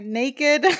naked